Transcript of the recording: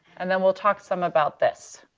and then we'll talk some about this.